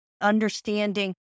understanding